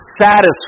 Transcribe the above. satisfied